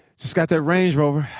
just got that range rover.